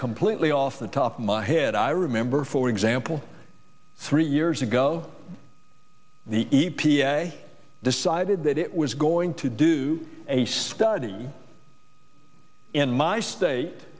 completely off the top of my head i remember for example three years ago the e p a decided that it was going to do a study in my state